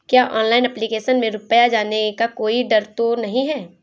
क्या online application में रुपया जाने का कोई डर तो नही है?